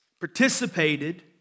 participated